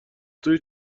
توی